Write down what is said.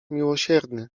miłosierny